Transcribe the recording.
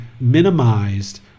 minimized